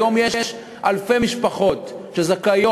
היום יש אלפי משפחות שזכאיות.